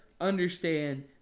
understand